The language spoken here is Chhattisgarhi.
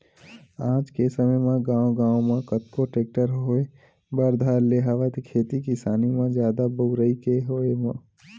आज के समे म गांव गांव म कतको टेक्टर होय बर धर ले हवय खेती किसानी म जादा बउरई के होय म